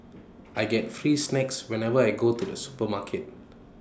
I get free snacks whenever I go to the supermarket